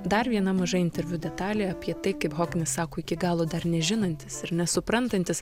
dar viena maža interviu detalė apie tai kaip hoknis sako iki galo dar nežinantis ir nesuprantantis